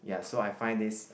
ya so I find this